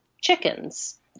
chickens